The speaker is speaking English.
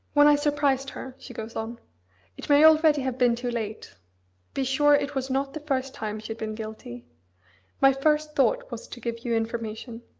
when i surprised her, she goes on it may already have been too late be sure it was not the first time she had been guilty my first thought was to give you information.